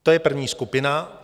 To je první skupina.